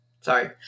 Sorry